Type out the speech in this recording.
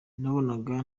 nabonaga